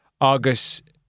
August